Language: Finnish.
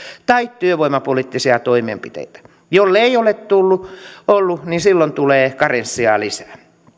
tai työvoimapoliittisia toimenpiteitä jollei ole ollut niin silloin tulee karenssia lisää